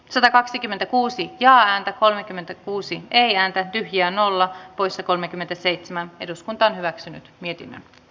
satakaksikymmentäkuusi ja ääntä kolmekymmentä kuusi neljään tyhjään olla poissa kolmekymmentäseitsemän eduskunta on hyväksynyt kannatan